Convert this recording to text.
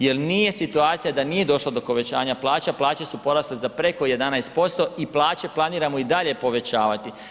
Jel nije situacija da nije došlo do povećanja plaća, plaće su porasle za preko 11% i plaće planiramo i dalje povećavati.